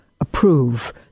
approve